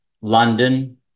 London